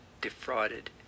defrauded